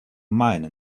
mine